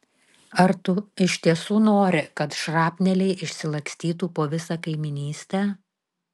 ar tu iš tiesų nori kad šrapneliai išsilakstytų po visą kaimynystę